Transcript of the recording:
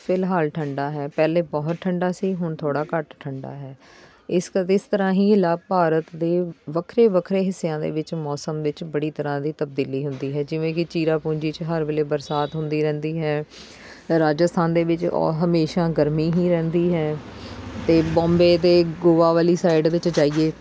ਫਿਲਹਾਲ ਠੰਡਾ ਹੈ ਪਹਿਲੇ ਬਹੁਤ ਠੰਡਾ ਸੀ ਹੁਣ ਥੋੜ੍ਹਾ ਘੱਟ ਠੰਡਾ ਹੈ ਇਸ ਕਰਕੇ ਇਸ ਤਰ੍ਹਾਂ ਹੀ ਲੱ ਭਾਰਤ ਦੇ ਵੱਖਰੇ ਵੱਖਰੇ ਹਿੱਸਿਆਂ ਦੇ ਵਿੱਚ ਮੌਸਮ ਵਿੱਚ ਬੜੀ ਤਰ੍ਹਾਂ ਦੀ ਤਬਦੀਲੀ ਹੁੰਦੀ ਹੈ ਜਿਵੇਂ ਕਿ ਚਿਰਾਪੂੰਜੀ 'ਚ ਹਰ ਵੇਲੇ ਬਰਸਾਤ ਹੁੰਦੀ ਰਹਿੰਦੀ ਹੈ ਰਾਜਸਥਾਨ ਦੇ ਵਿੱਚ ਓ ਹਮੇਸ਼ਾ ਗਰਮੀ ਹੀ ਰਹਿੰਦੀ ਹੈ ਅਤੇ ਬੌਂਬੇ ਅਤੇ ਗੋਆ ਵਾਲੀ ਸਾਈਡ ਵਿੱਚ ਜਾਈਏ